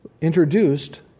introduced